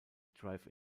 drive